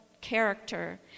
character